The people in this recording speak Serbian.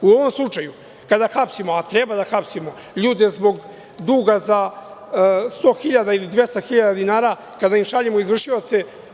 U ovom slučaju, kada hapsimo, a treba da hapsimo ljude zbog duga za 100 ili 200 hiljada dinara, kada im šaljemo izvršioce.